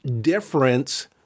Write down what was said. difference